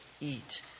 eat